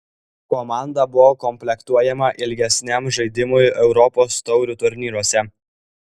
komanda buvo komplektuojama ilgesniam žaidimui europos taurių turnyruose